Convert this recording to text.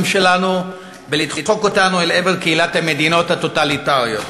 שלנו ולדחוק אותנו אל עבר קהילת המדינות הטוטליטריות.